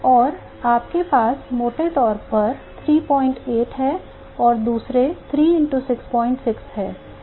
और आपके पास मोटे तौर पर 38 है और दूसरे 3 66 हैं